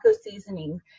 seasoning